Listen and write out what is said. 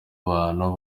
abantu